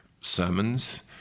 sermons